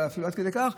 עד כדי כך,